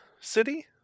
City